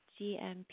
GMP